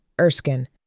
Erskine